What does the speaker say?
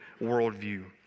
worldview